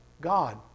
God